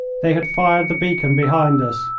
they had fired the beacon behind us.